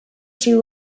she